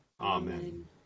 Amen